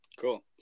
Cool